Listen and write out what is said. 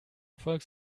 erfolg